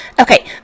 Okay